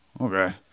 okay